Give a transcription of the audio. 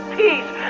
peace